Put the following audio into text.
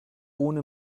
ohne